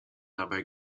dabei